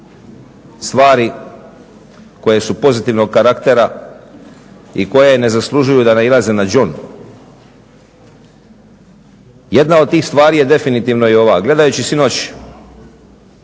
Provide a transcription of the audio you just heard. stvari koje su pozitivnog karaktera i koje ne zaslužuju da nailaze na đon. Jedna od tih stvari je definitivno i ova. Gledajući sinoć